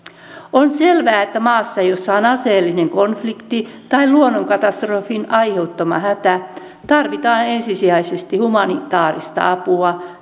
on selvää että maassa jossa on aseellinen konflikti tai luonnonkatastrofin aiheuttama hätä tarvitaan ensisijaisesti humanitaarista apua